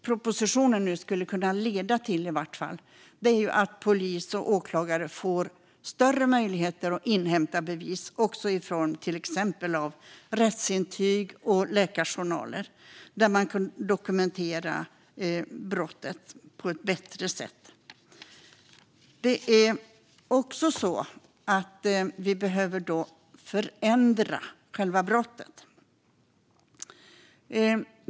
Propositionen kan leda till att polis och åklagare får större möjligheter att inhämta bevis i form av rättsintyg och läkarjournaler. På så sätt kan brottet dokumenteras på ett bättre sätt. Vi behöver också förändra vad som anses vara ett brott.